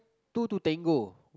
two to Tango